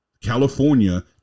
California